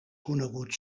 conegut